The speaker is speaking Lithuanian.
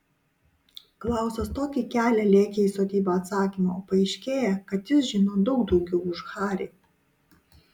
klausas tokį kelią lėkė į sodybą atsakymų o paaiškėja kad jis žino daug daugiau už harį